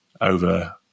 over